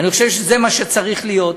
אני חושב שזה מה שצריך להיות.